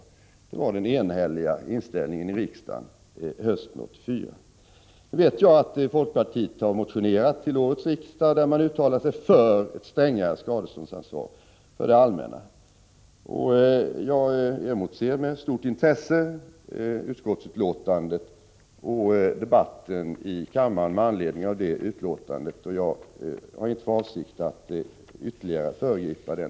Detta var den enhälliga inställningen i riksdagen hösten 1984. Jag vet att folkpartiet i år har motionerat i riksdagen och uttalat sig för strängare skadeståndsansvar för det allmänna. Jag emotser med stort intresse utskottets yttrande och debatten i kammaren med anledning av detta yttrande. Jag har inte för avsikt att föregripa den debatten.